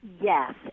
Yes